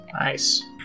Nice